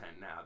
now